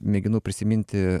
mėginau prisiminti